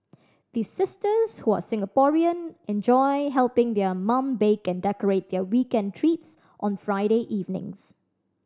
the sisters who are Singaporean enjoy helping their mum bake and decorate their weekend treats on Friday evenings